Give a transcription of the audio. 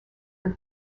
for